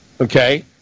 okay